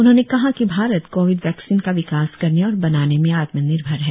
उन्होंने कहा कि भारत कोविड वैक्सीन का विकास करने और बनाने में आत्मनिर्भर है